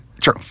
True